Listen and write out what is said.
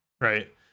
Right